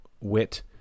wit